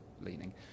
leaning